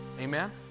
amen